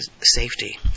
Safety